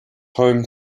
home